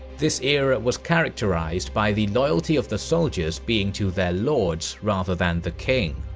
this era was characterized by the loyalty of the soldiers being to their lords, rather than the king.